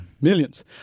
Millions